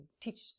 teach